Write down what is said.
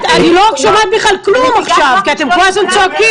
אני לא שומעת כלום עכשיו כי אתם כל הזמן צועקים.